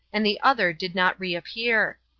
and the other did not reappear.